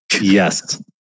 Yes